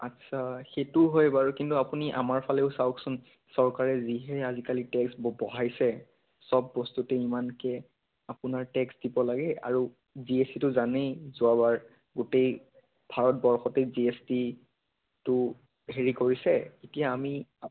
আচ্ছা সেইটো হয় বাৰু কিন্তু আপুনি আমাৰ ফালেও চাওকচোন চৰকাৰে যিহে আজিকালি টেক্সবোৰ বঢ়াইছে সব বস্তুতে ইমানকৈ আপোনাৰ টেক্স দিব লাগে আৰু জি এছ টিটো জানেই যোৱাবাৰ গোটেই ভাৰতবৰ্ষতে জি এছ টিটো হেৰি কৰিছে এতিয়া আমি